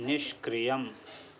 निष्क्रियम्